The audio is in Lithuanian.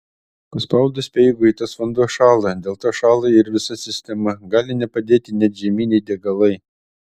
paspaudus speigui tas vanduo šąla dėl to šąla ir visa sistema gali nepadėti net žieminiai degalai